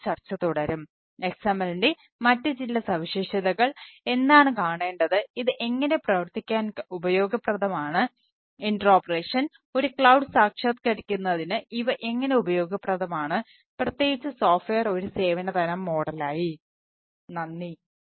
നന്ദി